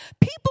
People